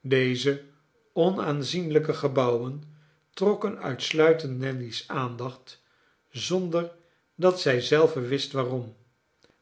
deze onaanzienlijke gebouwen trokken uitsluitend nelly's aandacht zonder dat zij zelve wist waarom